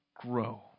grow